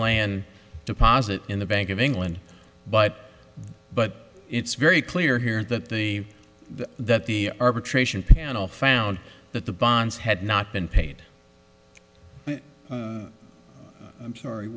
land deposit in the bank of england but but it's very clear here that the that the arbitration panel found that the bonds had not been paid i'm sorry